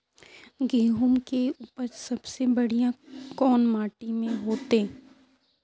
गेहूम के उपज सबसे बढ़िया कौन माटी में होते?